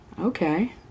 Okay